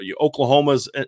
Oklahoma's